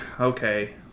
okay